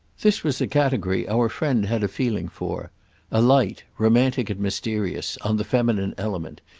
this was a category our friend had a feeling for a light, romantic and mysterious, on the feminine element,